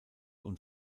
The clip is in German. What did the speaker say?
und